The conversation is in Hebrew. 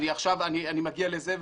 אני מגיע לזה.